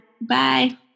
Bye